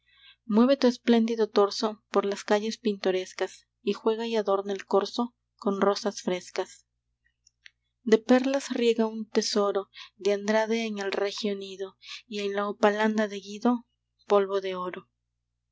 mueve tu espléndido torso por las calles pintorescas y juega y adorna el corso con rosas frescas de perlas riega un tesoro de andrade en el regio nido y en la hopalanda de guido polvo de oro